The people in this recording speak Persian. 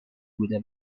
بوده